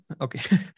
Okay